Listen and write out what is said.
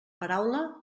paraula